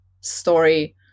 story